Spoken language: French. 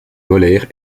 molaires